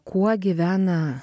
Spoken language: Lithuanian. kuo gyvena